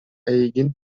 эйигин